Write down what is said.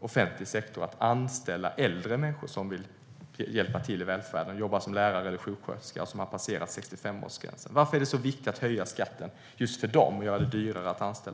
offentlig sektor att anställa äldre människor som vill hjälpa till i välfärden och jobba som lärare eller sjuksköterska och som har passerat 65-årsgränsen? Varför är det så viktigt att höja skatten just för dem och göra det dyrare att anställa?